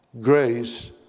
grace